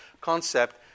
concept